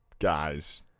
guys